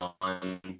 on